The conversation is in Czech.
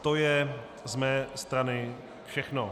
To je z mé strany všechno.